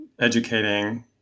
educating